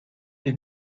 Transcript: est